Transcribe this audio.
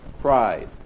pride